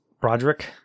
Broderick